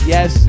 Yes